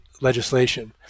legislation